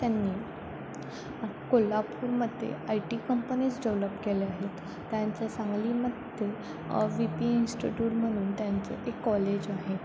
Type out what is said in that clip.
त्यांनी कोल्हापूरमध्ये I T companies develop केले आहेत त्यांचं सांगलीमध्ये व्ही पी इन्स्टिट्यूट म्हणून त्यांचं एक कॉलेज आहे